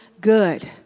good